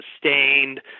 sustained